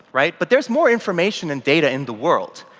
right? but there's more information and data in the world.